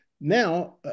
Now